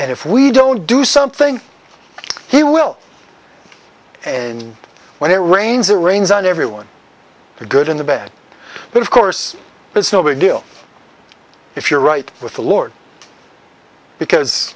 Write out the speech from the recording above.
and if we don't do something he will and when it rains it rains on everyone the good in the bad but of course it's no big deal if you're right with the lord because